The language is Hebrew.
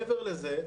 מעבר לזה,